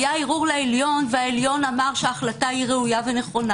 היה ערעור לעליון והוא אמר שההחלטה היא נכונה וראויה.